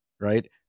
right